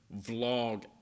vlog